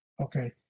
Okay